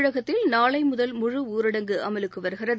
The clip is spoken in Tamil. தமிழகத்தில் நாளைமுதல் முழு ஊரடங்கு அமலுக்குவருகிறது